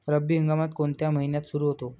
रब्बी हंगाम कोणत्या महिन्यात सुरु होतो?